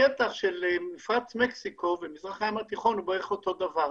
השטח של מפרץ מקסיקו ומזרח הים התיכון בערך אותו דבר,